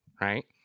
right